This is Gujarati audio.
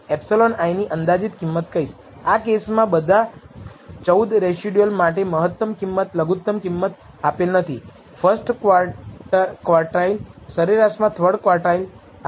તેનો અર્થ એ કે 95 ટકા આત્મવિશ્વાસ સાથે આપણે દાવો કરી શકીએ કે આ અંતરાલમાં સાચું β0 આવેલુ છે